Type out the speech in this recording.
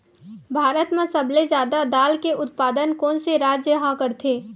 भारत मा सबले जादा दाल के उत्पादन कोन से राज्य हा करथे?